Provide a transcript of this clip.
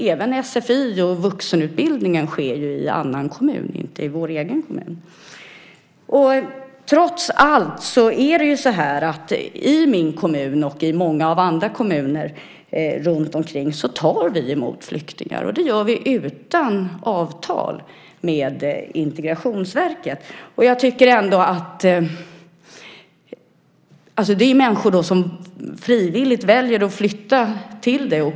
Även sfi och vuxenutbildningen sker ju i annan kommun och inte i vår egen. Trots allt tar vi emot flyktingar i min kommun och i många andra kommuner runtomkring. Det gör vi utan avtal med Integrationsverket. Det är människor som frivilligt väljer att flytta dit.